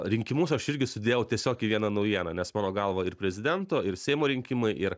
rinkimus aš irgi sudėjau tiesiog į vieną naujieną nes mano galva ir prezidento ir seimo rinkimai ir